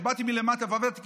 באתי מלמטה ועבדתי קשה.